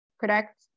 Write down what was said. Correct